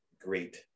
great